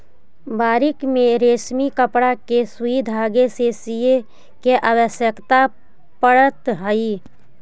बारीक रेशमी कपड़ा के सुई धागे से सीए के आवश्यकता पड़त हई